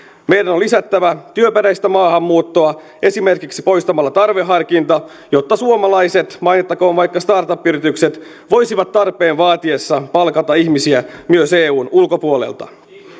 meidän on lisättävä työperäistä maahanmuuttoa esimerkiksi poistamalla tarveharkinta jotta suomalaiset mainittakoon vaikka startup yritykset voisivat tarpeen vaatiessa palkata ihmisiä myös eun ulkopuolelta